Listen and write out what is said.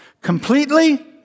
Completely